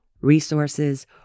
Resources